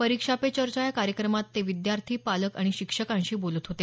परीक्षा पे चर्चा या कार्यक्रमात ते विद्यार्थी पालक आणि शिक्षकांशी बोलत होते